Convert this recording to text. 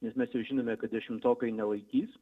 nes mes jau žinome kad dešimtokai nelaikys